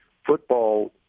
Football